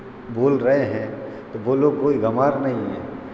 बोल रहे हैं तो वो लोग कोई गंवार नहीं हैं